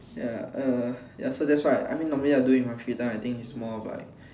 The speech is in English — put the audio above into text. ya err ya so that's why I mean normally I do in my free time I think it's more of like